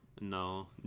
No